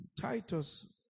Titus